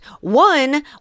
One